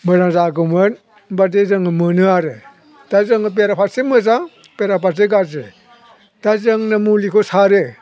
मोजां जागौमोन बेबायदि जोङो मोनो आरो दा जोङो बेराफारसे मोजां बेराफारसे गाज्रि दा जोंनो मुलिखौ सारो